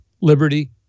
liberty